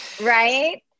Right